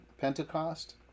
Pentecost